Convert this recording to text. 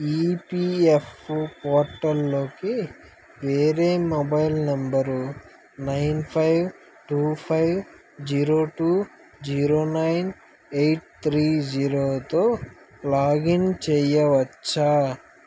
EPFO పోర్టల్లోకి వేరే mobile number nine five two five zero two zero nine eight three జీరోతో login చెయ్యవచ్చా